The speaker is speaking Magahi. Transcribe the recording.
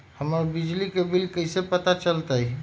हमर बिजली के बिल कैसे पता चलतै?